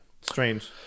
Strange